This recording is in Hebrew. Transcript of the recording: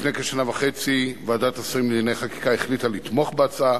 לפני כשנה וחצי ועדת השרים לענייני חקיקה החליטה לתמוך בהצעה